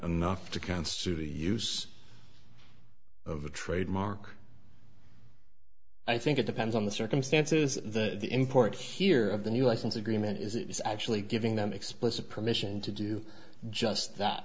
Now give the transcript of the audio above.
enough to constitute the use of a trademark i think it depends on the circumstances that the import here of the new license agreement is it is actually giving them explicit permission to do just that